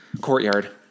Courtyard